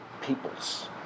peoples